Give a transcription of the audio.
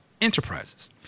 Enterprises